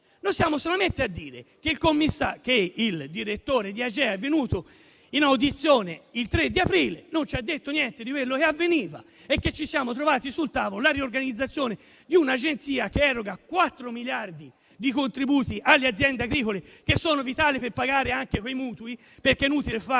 dobbiamo dire che il direttore di Agea, venuto in audizione il 3 aprile scorso, non ci ha detto niente di quello che avveniva e ci siamo trovati sul tavolo la riorganizzazione di un'agenzia che eroga quattro miliardi di contributi alle aziende agricole che sono vitali per pagare anche i mutui. Infatti, è inutile fare